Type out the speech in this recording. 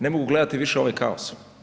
Ne mogu gledati više ovaj kaos.